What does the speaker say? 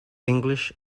english